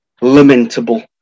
lamentable